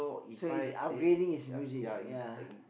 so it's upgrading his music ya